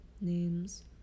Names